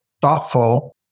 thoughtful